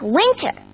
winter